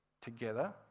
Together